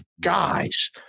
guys